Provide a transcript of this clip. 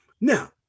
Now